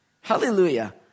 Hallelujah